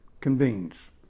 convenes